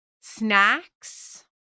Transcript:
snacks